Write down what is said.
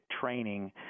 training